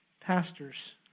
Pastors